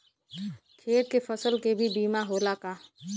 खेत के फसल के भी बीमा होला का?